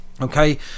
okay